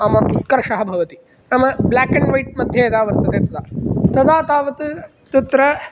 उत्कर्षः भवति नाम ब्लेक् एण्ड् वैट् मध्ये यदा वर्तते तदा तदा तावत् तत्र